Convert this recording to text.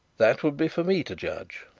that would be for me to judge.